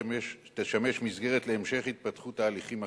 שתשמש מסגרת להמשך התפתחות ההליכים החלופיים.